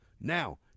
Now